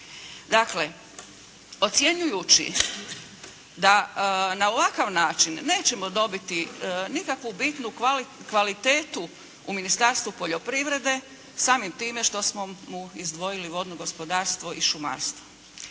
Dakle ocjenjujući da na ovakav način nećemo dobiti nikakvu bitnu kvalitetu u Ministarstvu poljoprivrede samim time što smo mu izdvojili vodno gospodarstvo i šumarstvo.